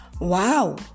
Wow